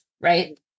right